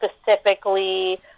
specifically